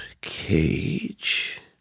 Cage